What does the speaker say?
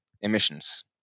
emissions